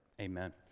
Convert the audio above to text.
Amen